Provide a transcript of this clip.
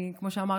כמו שאמרת,